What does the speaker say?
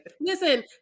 listen